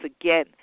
again